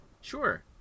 sure